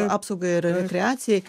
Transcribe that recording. apsaugai ir reakcijai